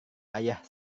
ayah